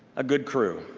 a good crew.